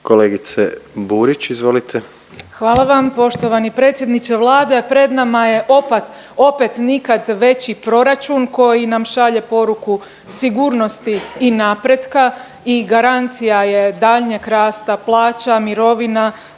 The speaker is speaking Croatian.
izvolite. **Burić, Majda (HDZ)** Hvala vam poštovani predsjedniče Vlade. Pred nama je opet nikad veći proračun koji nam šalje poruku sigurnosti i napretka i garancija je daljnjeg rasta plaća, mirovina,